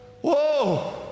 Whoa